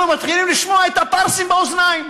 אנחנו מתחילים לשמוע את הפרסים באוזניים.